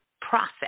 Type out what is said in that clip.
process